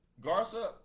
Garza